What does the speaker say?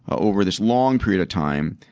ah over this long period of time.